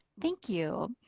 thank you.